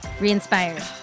Re-inspired